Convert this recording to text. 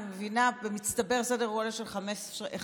אני מבינה שבמצטבר זה סדר גודל של 15 שנים.